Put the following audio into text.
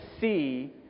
see